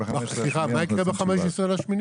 סליחה, מה יקרה ב-15 באוגוסט?